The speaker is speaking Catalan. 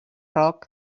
roc